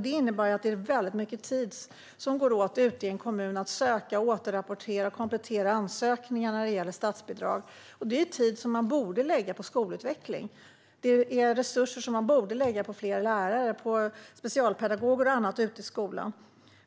Det innebär att väldigt mycket tid går åt i en kommun till att söka statsbidrag, återrapportera och komplettera ansökningar. Det är tid som man borde lägga på skolutveckling. Det är resurser som man borde lägga på fler lärare, specialpedagoger och annat i skolan.